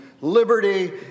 liberty